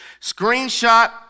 screenshot